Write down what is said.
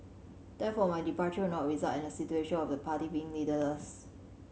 therefore my departure will not result in a situation of the party being leaderless